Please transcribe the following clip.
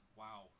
wow